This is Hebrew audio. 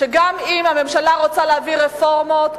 שגם אם הממשלה רוצה להעביר רפורמות,